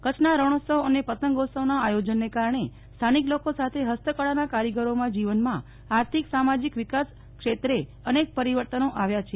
કચ્છનાં રણોત્સવ અને પતંગોત્સવના આયોજનને કારણે સ્થાનિક લોકો સાથે હસ્તકળાનાં કારીગરોમાં જીવનમાં આર્થિક સામાજીક વિકાસ ક્ષેત્રે અનેક પરિવર્તનો આવ્યાં છે